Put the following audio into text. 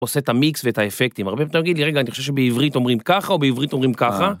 עושה את המיקס ואת האפקטים, הרבה פתאום יגיד לי רגע אני חושב שבעברית אומרים ככה או בעברית אומרים ככה.